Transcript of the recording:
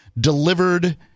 delivered